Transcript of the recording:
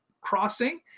crossing